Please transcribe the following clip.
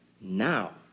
now